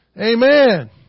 Amen